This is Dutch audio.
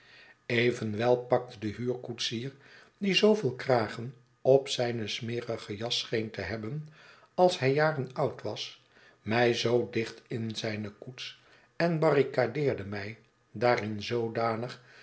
evenwel pakte de huurkoetsier die zooveel kragen op zijne smerige jas scheen te hebben als hij jaren oud was mij zoo dicht in zijne koets en barricadeerde mij daarin zoodanig